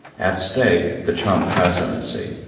at stake, the trump presidency.